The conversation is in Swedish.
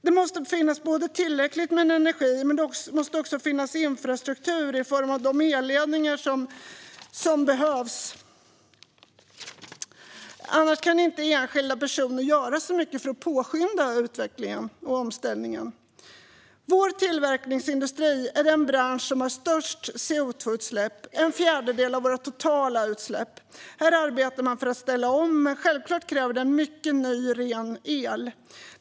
Det måste finnas tillräckligt med energi, men det måste också finnas infrastruktur i form av de elledningar som behövs - annars kan inte enskilda personer göra så mycket för att påskynda utvecklingen och omställningen. Vår tillverkningsindustri är den bransch som har störst CO2-utsläpp - en fjärdedel av våra totala utsläpp. Här arbetar man för att ställa om, men självklart kräver det mycket ny ren el.